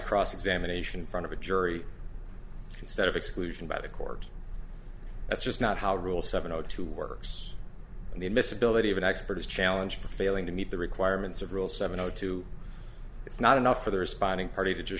cross examination front of a jury instead of exclusion by the court that's just not how rule seven zero two works and the admissibility of an expert is challenge for failing to meet the requirements of rule seven o two it's not enough for the responding party to just